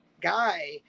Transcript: guy